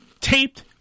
taped